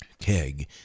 keg